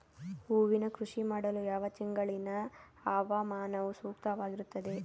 ಹೂವಿನ ಕೃಷಿ ಮಾಡಲು ಯಾವ ತಿಂಗಳಿನ ಹವಾಮಾನವು ಸೂಕ್ತವಾಗಿರುತ್ತದೆ?